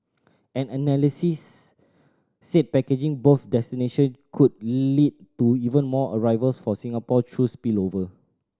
an analysts said packaging both destination could lead to even more arrivals for Singapore through spillover